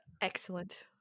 Excellent